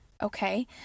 Okay